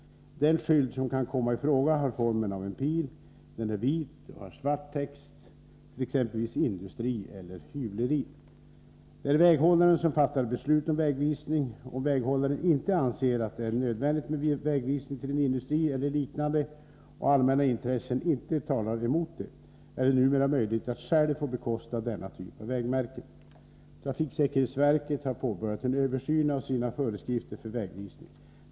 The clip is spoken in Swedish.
Den skylt som kan komma i fråga har formen av en pil. Skylten är vit och har svart text. På den kan t.ex. ”industri” eller ”hyvleri” anges. Det är väghållaren som fattar beslut om vägvisning. Om väghållaren inte anser att det är nödvändigt med vägvisning till en industri eller liknande, och allmänna intressen inte talar emot det, är det numera möjligt att själv få bekosta denna typ av vägmärken. Trafiksäkerhetsverket har påbörjat en översyn av sina föreskrifter för vägvisning.